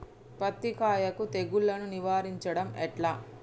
పత్తి కాయకు తెగుళ్లను నివారించడం ఎట్లా?